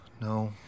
No